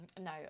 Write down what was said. No